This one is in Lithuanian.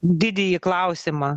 didįjį klausimą